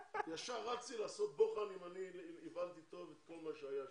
ישר רצתי לראות אם הבנתי טוב את כל מה שהיה שם.